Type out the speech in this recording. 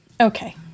Okay